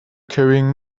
carrying